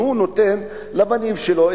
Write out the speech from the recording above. הוא נותן לבנים שלו,